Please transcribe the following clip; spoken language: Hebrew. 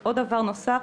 עוד דבר נוסף: